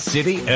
City